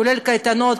כולל קייטנות,